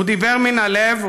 הוא דיבר מן הלב,